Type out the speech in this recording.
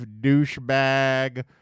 douchebag